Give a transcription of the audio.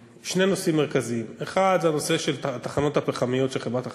שני נושאים מרכזיים: 1. הנושא של התחנות הפחמיות של חברת החשמל.